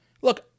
Look